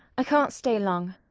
i can't stay long,